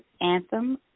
Anthem